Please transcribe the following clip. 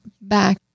back